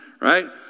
right